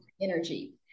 energy